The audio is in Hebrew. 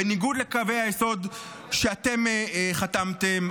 בניגוד לקווי היסוד שעליהם אתם חתמתם.